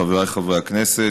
חבריי חברי הכנסת,